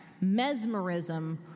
mesmerism